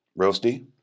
Roasty